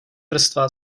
vrstva